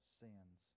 sins